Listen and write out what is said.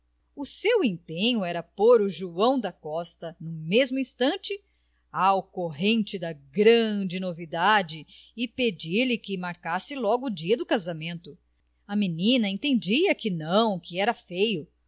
o seu empenho era pôr o joão da costa no mesmo instante ao corrente da grande novidade e pedir-lhe que marcasse logo o dia do casamento a menina entendia que não que era feio